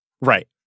Right